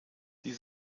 das